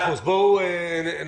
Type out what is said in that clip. אוקיי.